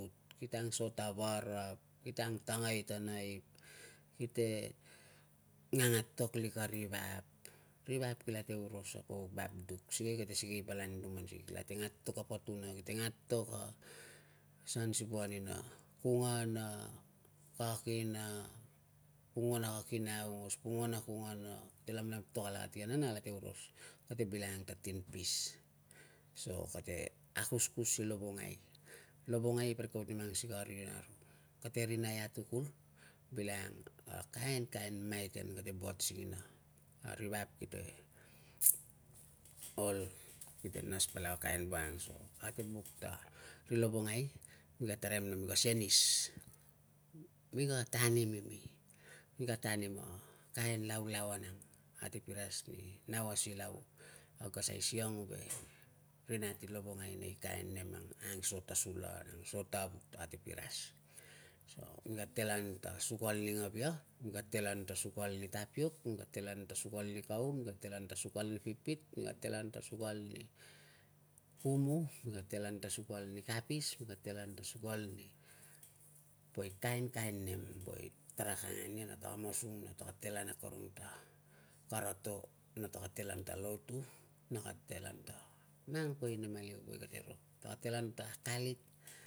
Kite angso ta varap, kite angtangai ta naip, kite ngangatoklik ari vap, ri vap kilate oros, apo vap duk sikei kate sikei palau nang a anutuman using kilate ngatok a patuna, kite ngatok a sansivanina, kungana, pongua na kakina aungos, pongua na kungana, kite lamlamtok alakia na nia kalate oros, kate bilang ta tinpis. So kate akuskus i lovongai. Lovongai parik kapa kate mang sikei a rina, kate rina i atukul bilangang a kainkain maiten kate buat singina. A ri vap kite ol, kite nas palau na kain wuak ang, so ate buk ta ri lovongai mika taraim nna mika senis, mika tanim imi, mika tanim a kain laulauan ang. Ate piras ni, nau a silau, kag ka sai siang ve ri nat i lovongai nei kain nem ang. Angso ta sula, angso ta vut, ate piras. So, mika telan ta sukal ni ngavia, mika telan ta sukal ni tapiok, mika telan ta sukal ni kau, mika telan ta sukal ni pitpit, mika telan ta sukal ni kumu, mika telan ta sukal ni kapis, mika telan ta sukal ni poi kainkain nem, woe taraka angan ia na taraka masung na taka telan akorong ta kara to na taka telan ta lotu na taka telan ta mang poi nem aliu woe kate ro, taka telan ta akalit